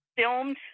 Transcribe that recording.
Filmed